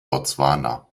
botswana